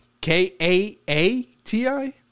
K-A-A-T-I